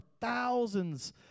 thousands